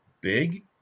big